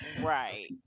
Right